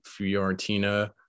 Fiorentina